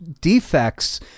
defects